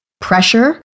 Pressure